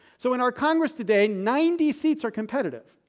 so, in our congress today, ninety seats are competitive.